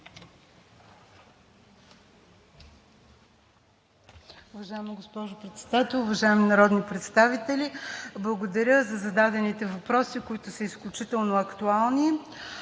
Уважаема госпожо Председател, уважаеми народни представители! Благодаря за зададените въпроси, които са изключително актуални.